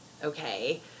okay